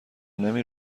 نمی